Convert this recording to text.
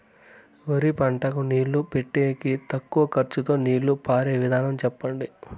వరి పంటకు నీళ్లు పెట్టేకి తక్కువ ఖర్చుతో నీళ్లు పారే విధం చెప్పండి?